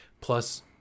Plus